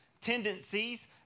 tendencies